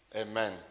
Amen